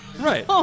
Right